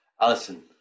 Alison